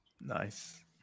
Nice